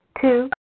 two